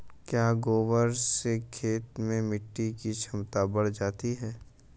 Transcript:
क्या गोबर से खेत में मिटी की क्षमता बढ़ जाती है?